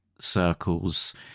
circles